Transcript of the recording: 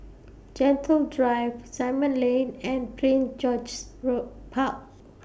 Gentle Drive Simon Lane and Prince George's Road Park